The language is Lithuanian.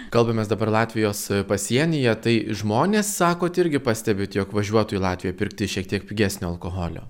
kalbamės dabar latvijos pasienyje tai žmonės sakot irgi pastebit jog važiuotų į latviją pirkti šiek tiek pigesnio alkoholio